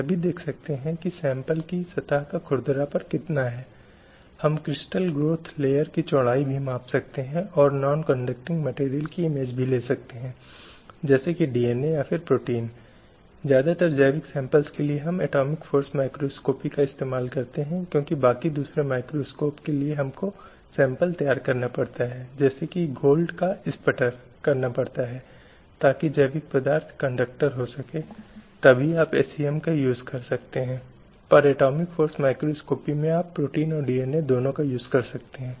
slide समय संदर्भ 2534 अब CEDAW ने भेदभाव की इस अवधारणा को परिभाषित किया जब हम कहते हैं कि महिलाओं के साथ भेदभाव किया जाता है तो इसका क्या मतलब है इसलिए सम्मेलन भेदभाव की अवधारणा को निर्दिष्ट करता है जो भेदभाव को संदर्भित करता है बहिष्कार प्रतिबंध जो सेक्स के आधार पर किया जाता है जिसका प्रभाव या उद्देश्य महिलाओं को मिली मान्यता या आनंद को क्षीण या अशक्त करना है